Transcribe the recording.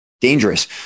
dangerous